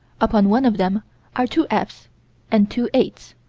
upon one of them are two f's and two eight